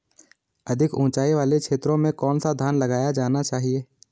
अधिक उँचाई वाले क्षेत्रों में कौन सा धान लगाया जाना चाहिए?